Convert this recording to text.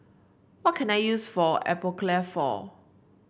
what can I use Atopiclair for